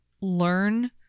learn